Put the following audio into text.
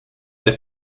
the